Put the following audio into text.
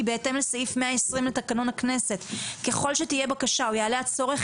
בהתאם לסעיף 120 לתקנון הכנסת ככל שתהיה בקשה או יעלה הצורך,